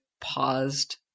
paused